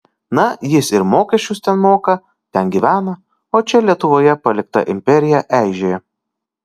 na jis ir mokesčius ten moka ten gyvena o čia lietuvoje palikta imperija eižėja